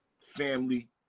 family